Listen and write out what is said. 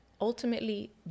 ultimately